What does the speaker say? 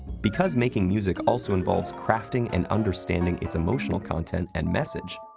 because making music also involves crafting and understanding its emotional content and message,